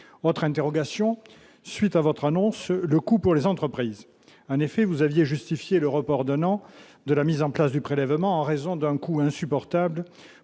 autre interrogation suite à votre annonce le coût pour les entreprises, en effet, vous aviez justifier le report d'un an de la mise en place du prélèvement en raison d'un coût insupportable